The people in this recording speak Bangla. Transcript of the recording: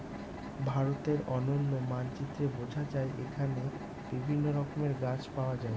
ভারতের অনন্য মানচিত্রে বোঝা যায় এখানে বিভিন্ন রকমের গাছ পাওয়া যায়